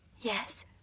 Yes